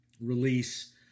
release